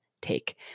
take